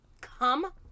Come